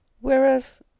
whereas